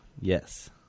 Yes